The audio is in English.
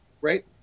Right